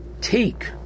take